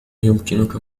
أيمكنك